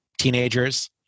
teenagers